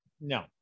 No